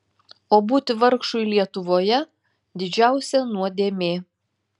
o būti vargšui lietuvoje didžiausia nuodėmė